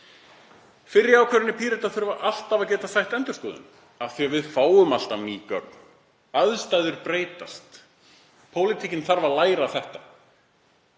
Fyrri ákvarðanir Pírata þurfa alltaf að geta sætt endurskoðun af því að við fáum alltaf ný gögn. Aðstæður breytast. Pólitíkin þarf að læra þetta.